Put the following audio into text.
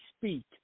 speak